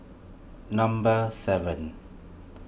number seven